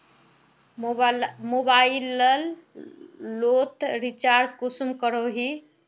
Mobile लोत recharge कुंसम करोही?